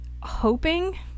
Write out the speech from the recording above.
hoping